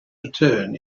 return